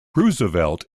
roosevelt